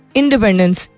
independence